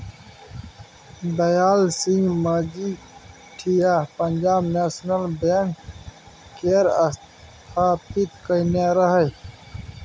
Dayal Singh Majithia Punjab national bank केर स्थापित केने रहय